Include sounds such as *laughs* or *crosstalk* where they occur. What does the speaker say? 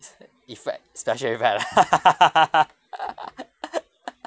*laughs* effect special effect ah *laughs*